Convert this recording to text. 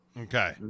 Okay